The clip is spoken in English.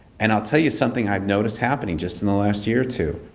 and i'll tell you something i've noticed happening just in the last year or two.